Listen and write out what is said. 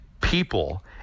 people